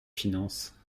finances